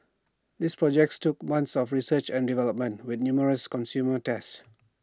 these projects took months of research and development with numerous consumer tests